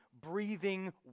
breathing